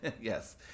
Yes